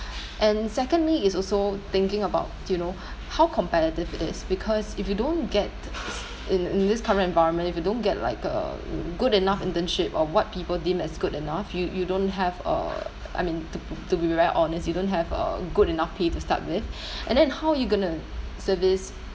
and secondly is also thinking about you know how competitive it is because if you don't get in in this current environment if you don't get like a good enough internship or what people deem as good enough you you don't have uh I mean to to be very honest you don't have a good enough pay to start with and then how are you gonna service